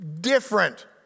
different